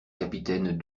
capitaines